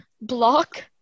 block